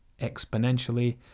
exponentially